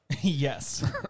Yes